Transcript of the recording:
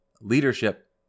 leadership